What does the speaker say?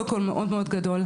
קודם כל מאוד מאוד גדול,